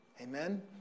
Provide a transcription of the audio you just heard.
Amen